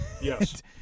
yes